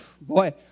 boy